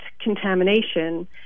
contamination